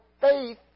faith